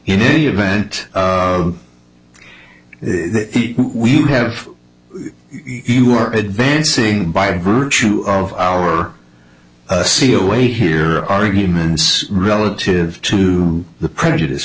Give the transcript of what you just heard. in any event we have you are advancing by virtue of our seal way here arguments relative to the prejudice